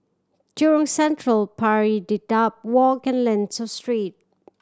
Jurong Central Pari Dedap Walk and Lentor Street